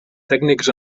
tècnics